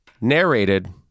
narrated